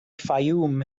fayoum